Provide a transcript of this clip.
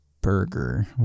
burger